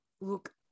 look